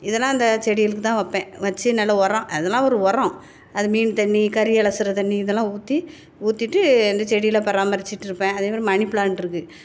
இதெல்லாம் அந்த செடிகளுக்கு தான் வைப்பேன் வச்சு நல்லா உரம் அதெல்லாம் ஒரு உரம் அது மீன் தண்ணி கறி அலசுகிற தண்ணி இதெல்லாம் ஊற்றி ஊற்றிட்டு இந்த செடியெல்லாம் பராமரிச்சுட்ருப்பேன் அதே மாதிரி மணி ப்ளாண்ட் இருக்குது